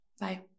Bye